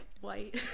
white